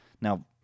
now